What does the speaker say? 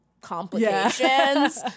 complications